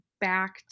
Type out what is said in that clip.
back